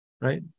Right